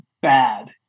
bad